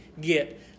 get